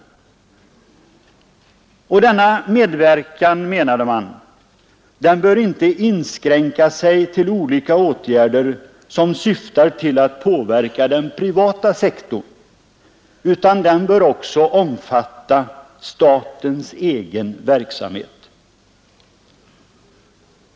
Denna medverkan, menade man, bör inte inskränka sig till olika åtgärder som syftar till att påverka den privata sektorn, utan bör också omfatta statens egen verksamhet.